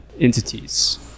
entities